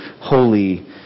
holy